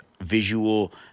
visual